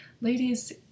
Ladies